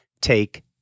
take